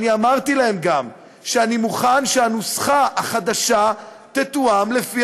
שאני מוכן שהנוסחה החדשה תתואם לפי